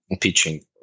pitching